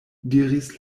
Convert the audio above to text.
diris